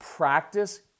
Practice